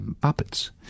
puppets